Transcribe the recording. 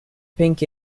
pink